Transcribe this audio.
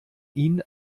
ihn